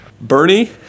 Bernie